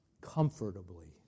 comfortably